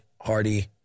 Hardy